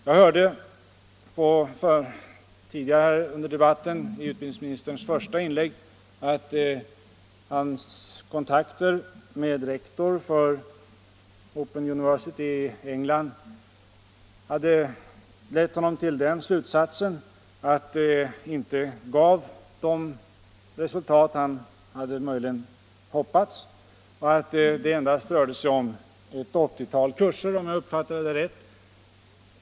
Jag hörde tidigare i debatten — i utbildningsministerns första inlägg — att hans kontakter med rektor för Open University i England hade lett honom till den slutsatsen att verksamheten inte gav de resultat han möjligen hade hoppats och att det endast rörde sig om ett 80-tal kurser, om jag uppfattade det rätt.